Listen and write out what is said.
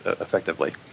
effectively